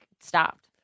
stopped